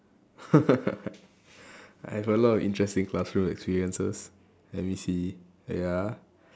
I have a lot of interesting classroom experiences let me see wait ah